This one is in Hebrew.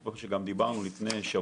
כמו שגם דיברנו לפני שבוע,